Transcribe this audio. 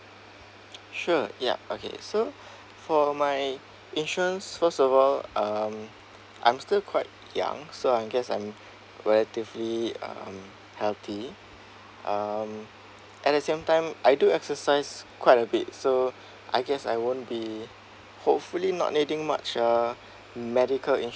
sure yup okay so for my insurance first of all um I'm still quite young so I guess I'm relatively um healthy um at the same time I do exercise quite a bit so I guess I won't be hopefully not needing much uh medical insurance